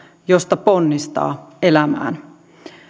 josta ponnistaa elämään